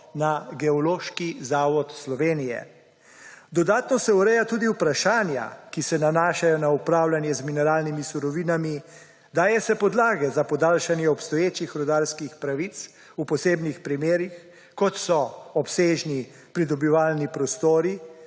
na Geološki zavod Slovenije. Dodatno se ureja tudi vprašanja, ki se nanašajo na upravljanje z minimalnimi surovinami, daje se podlage za podaljšanje obstoječih rudarskih pravic v posebnih primerih, kot so obsežni pridobivalni prostori,